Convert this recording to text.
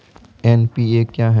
NPA क्या हैं?